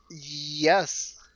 Yes